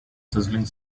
sizzling